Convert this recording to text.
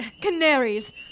Canaries